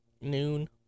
noon